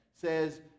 says